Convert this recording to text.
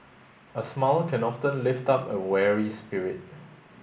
a smile can often lift up a weary spirit